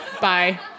Bye